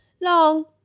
Long